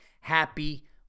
happy